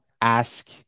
ask